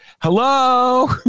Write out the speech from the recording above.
Hello